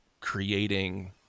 creating